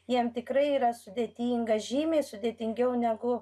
jiem tikrai yra sudėtinga žymiai sudėtingiau negu